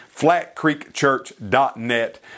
flatcreekchurch.net